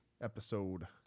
episode